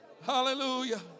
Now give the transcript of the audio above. hallelujah